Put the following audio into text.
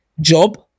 job